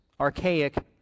archaic